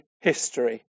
history